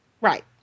right